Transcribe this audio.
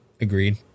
Agreed